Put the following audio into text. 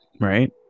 right